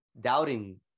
doubting